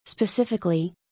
Specifically